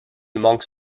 manque